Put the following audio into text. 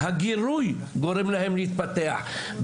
הגירוי גורם להם להתפתח.